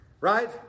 Right